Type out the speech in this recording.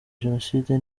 jenoside